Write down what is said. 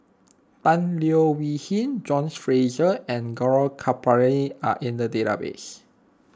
Tan Leo Wee Hin John Fraser and Gaurav Kripalani are in the database